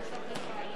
(רישום) (אזורי